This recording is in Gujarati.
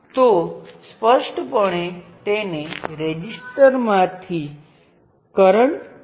હવે આ પોતે V અને આ પણ V છે જે અન્ય ધ્રુવીયતા ધરાવે છે તો આ રીતે આ V છે અને તે રીતે પણ તે V છે